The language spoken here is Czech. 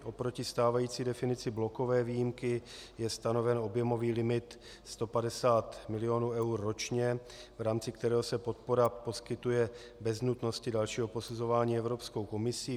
Oproti stávající definici blokové výjimky je stanoven objemový limit 150 mil. eur ročně, v rámci kterého se podpora poskytuje bez nutnosti dalšího posuzování Evropskou komisí.